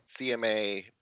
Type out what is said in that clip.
CMA